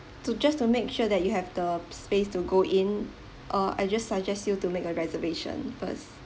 to just to make sure that you have the space to go in uh I just suggest you to make a reservation first